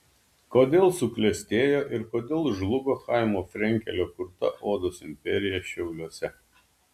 kodėl suklestėjo ir kodėl žlugo chaimo frenkelio kurta odos imperija šiauliuose